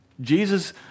Jesus